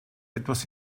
etwas